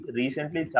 recently